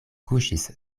kuŝis